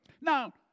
Now